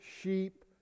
sheep